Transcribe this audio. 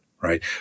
right